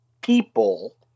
people